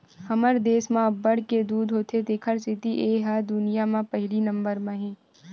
हमर देस म अब्बड़ के दूद होथे तेखर सेती ए ह दुनिया म पहिली नंबर म हे